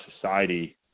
society